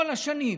כל השנים,